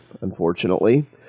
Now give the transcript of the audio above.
unfortunately